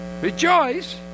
Rejoice